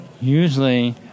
usually